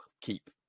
keep